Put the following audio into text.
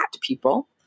People